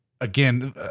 again